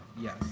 yes